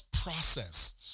process